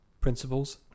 principles